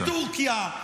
וטורקיה,